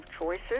choices